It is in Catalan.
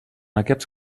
aquests